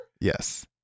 Yes